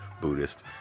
Buddhist